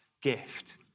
gift